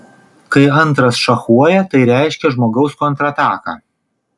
kai antras šachuoja tai reiškia žmogaus kontrataką